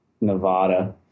Nevada